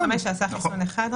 ילד בן חמש שעשה רק חיסון אחד,